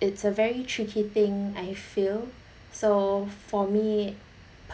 it's a very tricky thing I feel so for me